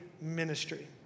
ministry